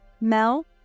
Mel